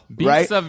right